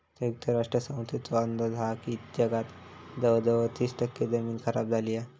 संयुक्त राष्ट्र संस्थेचो अंदाज हा की जगात जवळजवळ तीस टक्के जमीन खराब झाली हा